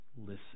listen